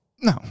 No